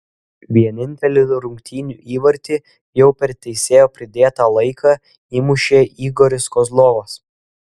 vienintelį rungtynių įvartį jau per teisėjo pridėtą laiką įmušė igoris kozlovas